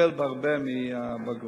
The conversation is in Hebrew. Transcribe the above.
נופלים בהרבה מהבגרות.